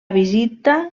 visita